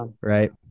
right